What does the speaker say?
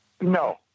No